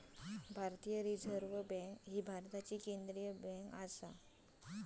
भारतीय reserve bank भारताची केंद्रीय बँक आसा